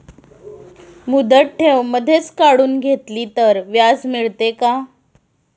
मुदत ठेव मधेच काढून घेतली तर व्याज मिळते का?